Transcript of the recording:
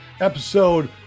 Episode